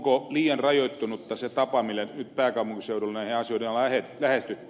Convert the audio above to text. onko liian rajoittunutta se tapa millä nyt pääkaupunkiseudulla näitä asioita on lähestytty